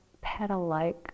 petal-like